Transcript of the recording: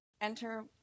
enter